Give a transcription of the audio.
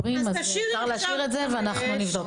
אפשר להשאיר את זה ונבדוק.